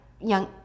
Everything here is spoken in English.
Young